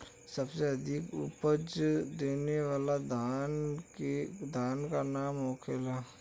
सबसे अधिक उपज देवे वाला धान के का नाम होखे ला?